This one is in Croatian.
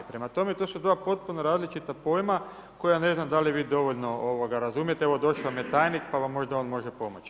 Prema tome, to su dva potpuno različita pojma koja ne znam da li vi dovoljno razumijete, evo došao vam je tajnik pa vam možda on može pomoći.